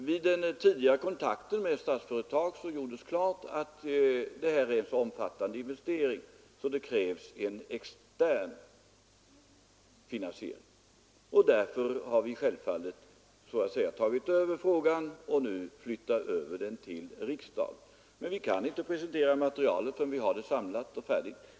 Vid den tidigare kontakten med Statsföretag gjordes klart att det här är en så omfattande investering att det krävs en extern finansiering. Därför har vi så att säga tagit över frågan, och nu flyttar vi över den till riksdagen. Men vi kan inte presentera materialet förrän vi har det samlat och färdigt.